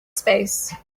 space